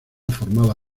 formada